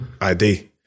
ID